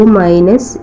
minus